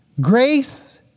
Grace